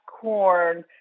corn